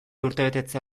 urtebetetzea